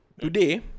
today